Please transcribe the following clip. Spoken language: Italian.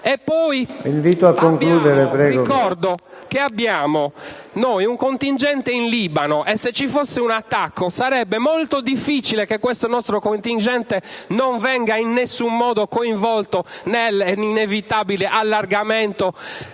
inoltre che noi abbiamo un contingente in Libano e, se ci fosse un attacco, sarebbe molto difficile che questo nostro contingente non venisse in alcun modo coinvolto nell'inevitabile allargamento